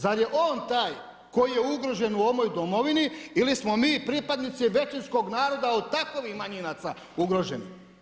Zar je on taj koji je ugrožen u ovoj Domovini ili smo mi pripadnici većinskog naroda od takvih manjinaca ugroženi?